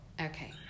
Okay